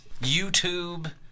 YouTube